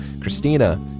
Christina